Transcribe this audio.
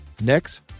Next